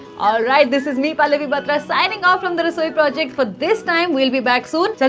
alright! this is me pallavi batra signing off from the rasoi project for this time! we'll be back soon!